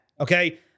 okay